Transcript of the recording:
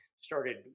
started